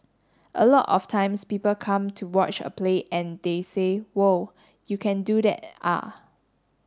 a lot of times people come to watch a play and they say whoa you can do that ah